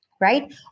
right